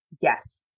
Yes